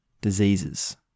diseases